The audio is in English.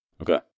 Okay